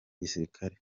gisirikare